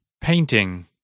Painting